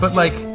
but like,